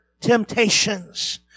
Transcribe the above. temptations